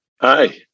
Hi